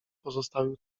pozostawił